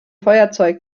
feuerzeug